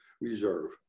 reserve